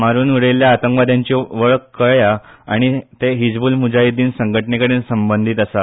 मारून उडयल्ल्या आतंकवाद्यांची वळख कळळ्या आनी ते हिजबूल मुजाहिद्दिन संघटनेकडेन संबंधीत आसा